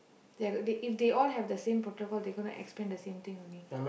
they uh if they all have the same protocol they gonna explain the same thing only